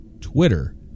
Twitter